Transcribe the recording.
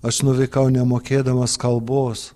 aš nuvykau nemokėdamas kalbos